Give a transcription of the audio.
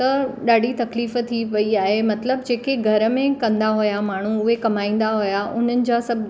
त ॾाढी तकलीफ़ थी वेई आहे मतिलबु जेके घर में कंदा हुआ माण्हू उहे कमाईंदा हुआ उन्हनि जा सभु